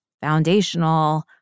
foundational